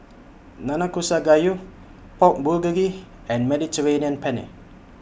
Nanakusa Gayu Pork Bulgogi and Mediterranean Penne